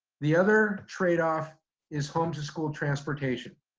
the other trade off is home to school transportation.